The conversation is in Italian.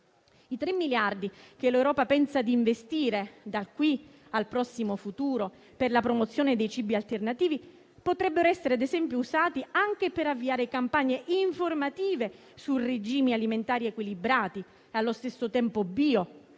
I tre miliardi che l'Europa pensa di investire da qui al prossimo futuro per la promozione dei cibi alternativi potrebbero essere, ad esempio, usati anche per avviare campagne informative su regimi alimentari equilibrati e allo stesso tempo bio,